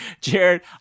Jared